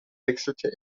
wechselte